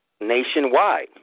nationwide